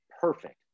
perfect